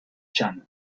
chan